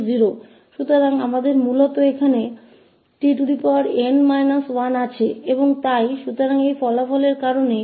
तो हमारे पास मूल रूप से यहाँ tn 1और इसी तरह है